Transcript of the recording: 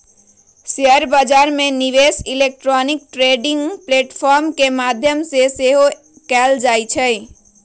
share बजार में निवेश इलेक्ट्रॉनिक ट्रेडिंग प्लेटफॉर्म के माध्यम से सेहो कएल जाइ छइ